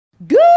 Good